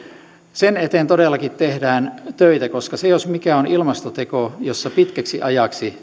sen eteen todellakin tehdään töitä koska se jos mikä on ilmastoteko jossa pitkäksi ajaksi